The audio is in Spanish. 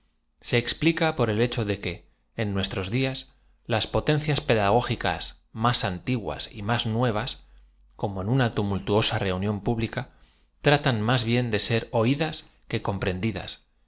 se exp lica por el hecho de que ea nuestros dias las potencias pedagógicas más antiguas y más nuetaas como en una tumultuosa reunión públi ca tratan más bien de ser oídas que comprendidas